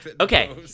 Okay